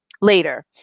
later